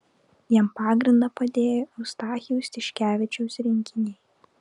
jam pagrindą padėjo eustachijaus tiškevičiaus rinkiniai